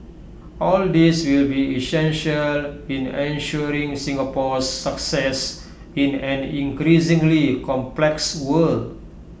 all these will be essential in ensuring Singapore's success in an increasingly complex world